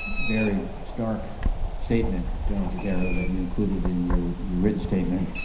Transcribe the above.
very stark statement, general dodaro, that you included in your your written statement,